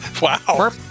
Wow